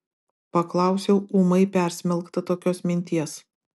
paklausiau ūmai persmelkta tokios minties